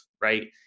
right